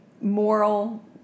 moral